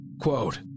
Quote